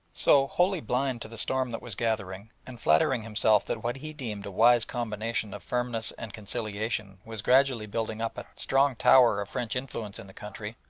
so, wholly blind to the storm that was gathering, and flattering himself that what he deemed a wise combination of firmness and conciliation was gradually building up a strong tower of french influence in the country,